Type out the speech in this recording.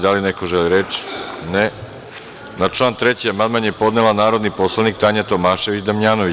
Da li neko želi reč? (Ne.) Na član 3. amandman je podnela narodni poslanik Tanja Tomašević Damnjanović.